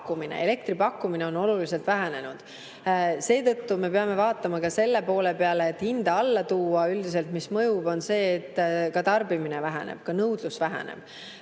elektri pakkumine on oluliselt vähenenud. Seetõttu me peame vaatama ka selle poole pealt, kuidas hinda alla tuua. Üldiselt, mis mõjub, on see, et tarbimine väheneb, nõudlus väheneb.